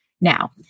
Now